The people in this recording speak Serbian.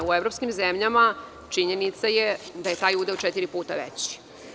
U evropskim zemljama činjenica je da je taj udeo četiri puta veći.